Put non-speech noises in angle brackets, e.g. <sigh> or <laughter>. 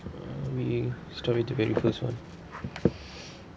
are we start with debate with first [one] <breath>